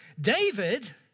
David